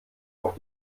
auf